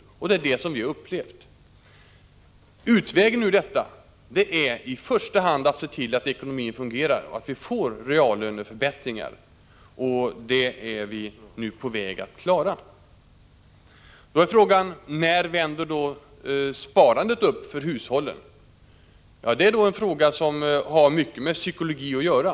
Det är detta som vi har upplevt. Utvägen är att i första hand se till att ekonomin fungerar och att vi får reallöneförbättringar, och det är vi nu på väg att klara. Då är frågan: När vänder sparandet för hushållen? Ja, det är en fråga som har mycket med psykologi att göra.